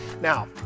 Now